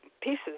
pieces